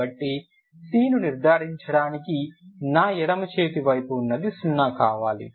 కాబట్టి c ని నిర్దారించడానికి నా ఎడమ చేతి వైపు వున్నది సున్నా కావాలి